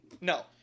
No